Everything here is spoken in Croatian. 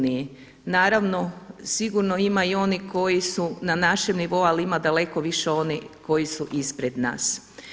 Naravno sigurno ima i onih koji su na našem nivou, ali ima daleko više onih koji su ispred nas.